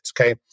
okay